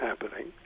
happening